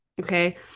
Okay